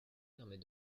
permet